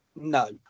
No